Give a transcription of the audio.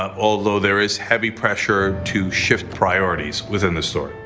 ah although there is heavy pressure to shift priorities within the story.